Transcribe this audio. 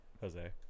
Jose